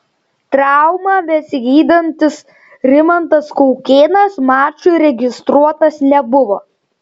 traumą besigydantis rimantas kaukėnas mačui registruotas nebuvo